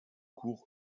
cours